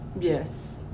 Yes